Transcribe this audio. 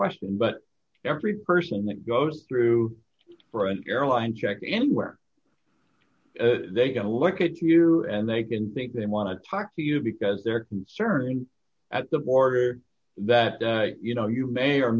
question but every person that goes through for an airline check anywhere they can look at you and they can think they want to talk to you because they're concerning at the border that you know you may or